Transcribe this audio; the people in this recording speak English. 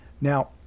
Now